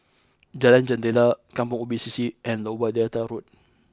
Jalan Jendela Kampong Ubi C C and Lower Delta Road